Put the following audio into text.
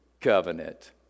Covenant